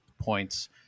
points